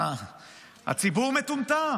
הציבור מטומטם,